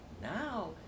Now